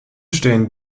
stehen